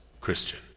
Christian